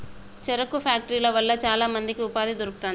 చెరుకు ఫ్యాక్టరీల వల్ల చాల మందికి ఉపాధి దొరుకుతాంది